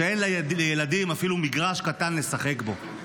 שאין לילדים אפילו מגרש קטן לשחק בו.